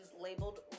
labeled